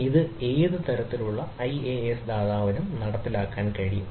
ഇത് ഏത് തരത്തിലുള്ള ഐഎസ് ദാതാവിനും നടപ്പിലാക്കാൻ കഴിയും